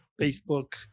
Facebook